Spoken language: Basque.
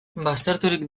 bazterturik